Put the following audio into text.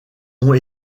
ont